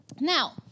now